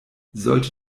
sollte